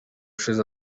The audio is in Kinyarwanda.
ushize